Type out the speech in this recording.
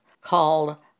called